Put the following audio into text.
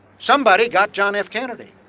somebody got john f. kennedy.